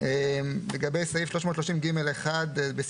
לגבי סעיף 330ג(1)(ד).